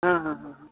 हाँ हाँ हाँ हाँ